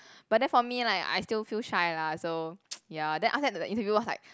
but then for me like I still feel shy lah so ya then after that the interviewer was like